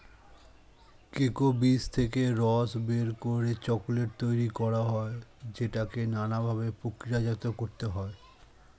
cocoa বীজ থেকে রস বের করে চকোলেট তৈরি করা হয় যেটাকে নানা ভাবে প্রক্রিয়াজাত করতে হয়